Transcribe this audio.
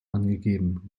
angegeben